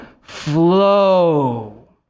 flow